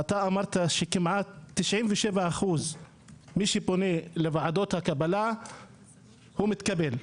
אתה אמרת שכמעט 97% מאלה שפונים לוועדות הקבלה מתקבלים.